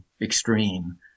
extreme